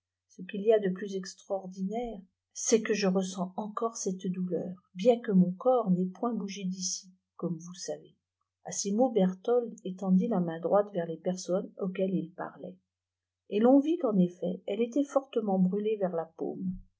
ce qu'il î a de plus extraordinaire c'est que je ressens encore cette doueur bien que mon corps n'ait point bougé dici comme vous savez a ces mots berthold étendit la main droite vers les personnes auxquelles il parlait et ton vit qu'en effet elle était fortement brûlée vers la paume